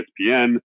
ESPN